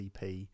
EP